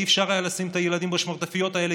לא היה אפשר לשים את הילדים בשמרטפיות האלה,